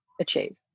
achieve